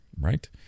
right